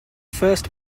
first